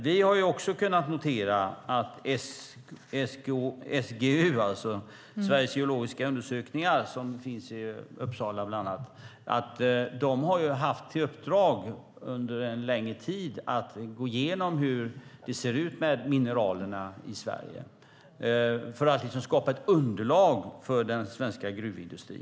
Vi har också kunnat notera att SGU, alltså Sveriges geologiska undersökning som finns i Uppsala bland annat, har haft i uppdrag under en längre tid att gå igenom hur det ser ut med mineralerna i Sverige för att skapa ett underlag för den svenska gruvindustrin.